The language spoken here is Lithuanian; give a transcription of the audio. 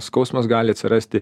skausmas gali atsirasti